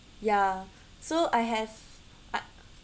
ya so I have but